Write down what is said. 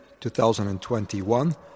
2021